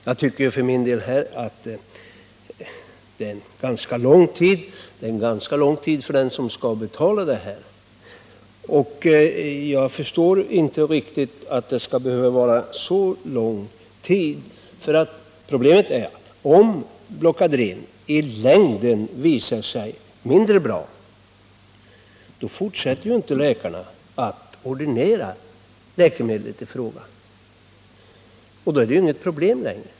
Jag tycker för min del att det är en ganska lång tid som kan bli kännbar för den som skall betala läkemedlet. Jag förstår inte riktigt varför det skall behöva ta så lång tid. Om Blocadren i längden visar sig mindre bra fortsätter inte läkarna att ordinera läkemedlet i fråga, och då är det inget problem längre.